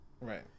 Right